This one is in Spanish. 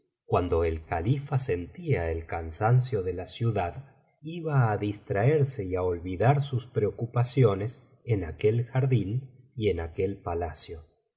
cuando el califa sentía el cansancio de la ciudad iba á distraerse y á olvidar sus preocupaciones en aquel jardín y en aquel palacio